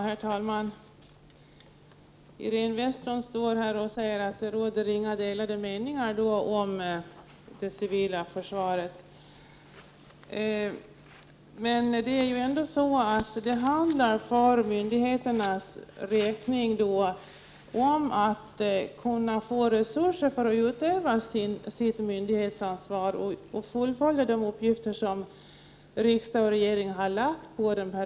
Herr talman! Iréne Vestlund stod här och sade att det inte råder några delade meningar om det civila försvaret. Men det handlar ju ändå om att för myndigheternas räkning ställa resurser till förfogande, så att myndigheterna kan utöva sitt myndighetsansvar och klara de uppgifter som riksdag och regering har ålagt dem.